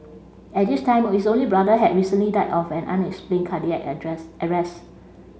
at this time his only brother had recently died of an unexplained cardiac address arrest